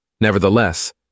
nevertheless